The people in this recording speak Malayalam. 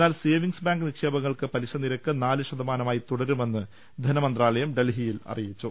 എന്നാൽ സേവിങ്സ് ബാങ്ക് നിക്ഷേപങ്ങൾക്ക് പലിശ നിരക്ക് നാല് ശതമാനമായി തുടരുമെന്ന് ധനമന്ത്രാലയം ഡൽഹിയിൽ അറിയിച്ചു